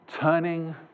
turning